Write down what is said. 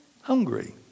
hungry